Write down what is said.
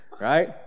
right